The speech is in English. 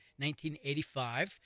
1985